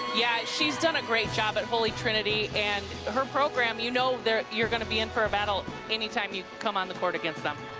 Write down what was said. yeah she's done a great job at holy trinity and her program, you know you're going to be in for a battle anytime you come on the court against them.